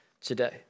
today